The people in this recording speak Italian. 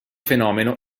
fenomeno